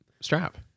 strap